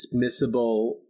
dismissible